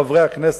חברי הכנסת,